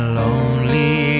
lonely